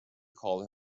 call